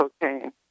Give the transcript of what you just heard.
cocaine